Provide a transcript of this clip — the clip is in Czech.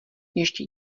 ještě